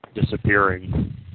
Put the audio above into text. disappearing